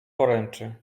poręczy